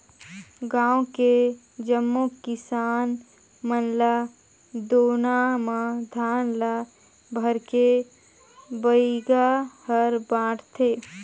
गांव के जम्मो किसान मन ल दोना म धान ल भरके बइगा हर बांटथे